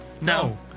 No